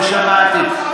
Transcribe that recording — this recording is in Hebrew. לא שמעתי.